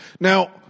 Now